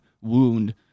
wound